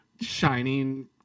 Shining